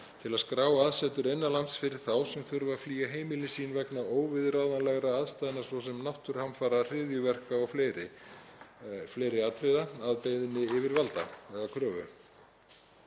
til að skrá aðsetur innan lands fyrir þá sem þurfa að flýja heimili sín vegna óviðráðanlegra aðstæðna svo sem náttúruhamfara, hryðjuverka og fleiri atriði að kröfu yfirvalda. Brýn